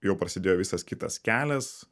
jau prasidėjo visas kitas kelias